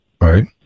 Right